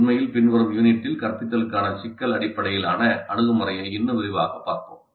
உண்மையில் பின்வரும் யூனிட்டில் கற்பித்தலுக்கான சிக்கல் அடிப்படையிலான அணுகுமுறையை இன்னும் விரிவாகப் பார்ப்போம்